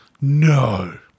No